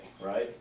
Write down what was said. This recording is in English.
right